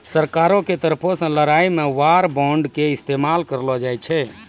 सरकारो के तरफो से लड़ाई मे वार बांड के इस्तेमाल करलो जाय छै